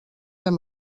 amb